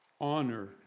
honor